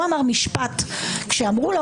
כשאמר: